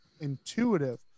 intuitive